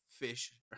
fish